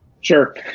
Sure